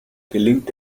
gelingt